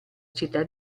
città